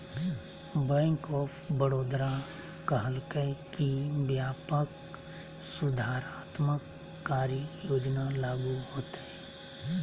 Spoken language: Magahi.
बैंक ऑफ बड़ौदा कहलकय कि व्यापक सुधारात्मक कार्य योजना लागू होतय